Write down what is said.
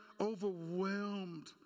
overwhelmed